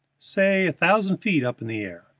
say a thousand feet up in the air.